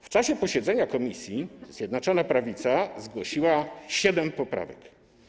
W czasie posiedzenia komisji Zjednoczona Prawica zgłosiła siedem poprawek.